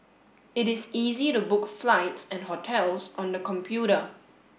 it is easy to book flights and hotels on the computer